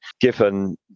given